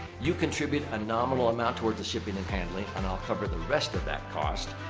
you contribute a nominal amount towards the shipping and handling and i'll cover the rest of that cost.